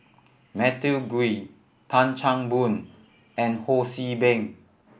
Matthew Ngui Tan Chan Boon and Ho See Beng